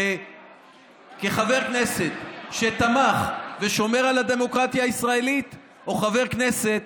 כחבר כנסת שתמך ושומר על הדמוקרטיה הישראלית או חבר כנסת